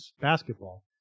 basketball